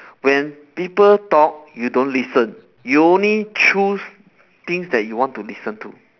when people talk you don't listen you only choose things that you want to listen to